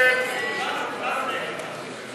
ההסתייגות (156)